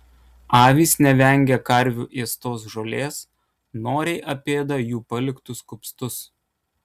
avys nevengia karvių ėstos žolės noriai apėda jų paliktus kupstus